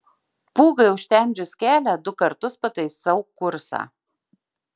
pūgai užtemdžius kelią du kartus pataisau kursą